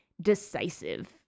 decisive